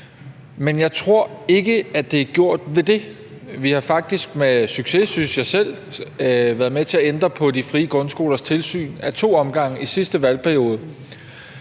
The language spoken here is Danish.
Men jeg tror ikke, at det er gjort ved det. Vi har faktisk med succes, synes jeg selv, i sidste valgperiode været med til at ændre på de frie grundskolers tilsyn af to omgange, men jeg synes